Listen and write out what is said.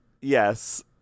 yes